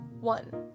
One